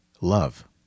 love